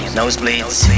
nosebleeds